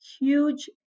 huge